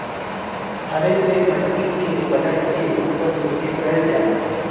हरे से मट्टी के पलट के उपर नीचे कइल जाला